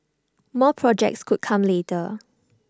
more projects could come later